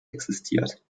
existiert